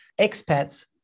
expats